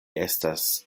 estas